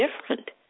different